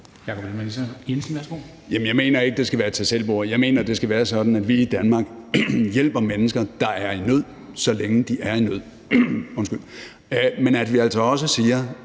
jeg mener ikke, det skal være et tag selv-bord. Jeg mener, det skal være sådan, at vi i Danmark hjælper mennesker, der er i nød, så længe de er i nød, men at vi altså også siger,